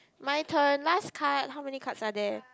my turn last card how many cards are there